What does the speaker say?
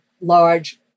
large